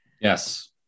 Yes